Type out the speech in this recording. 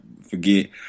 forget